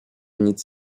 nic